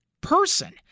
person